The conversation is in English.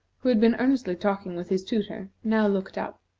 who had been earnestly talking with his tutor, now looked up.